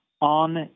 on